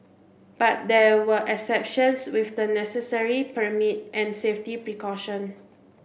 but there are exceptions with the necessary permits and safety precaution